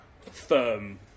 firm